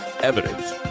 evidence